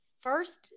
first